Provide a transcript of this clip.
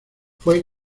fue